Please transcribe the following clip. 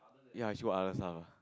ya it's through other stuff lah